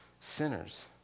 Sinners